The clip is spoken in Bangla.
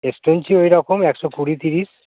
স্টোন চিপ ওই রকম একশো কুড়ি তিরিশ